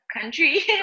country